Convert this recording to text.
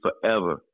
forever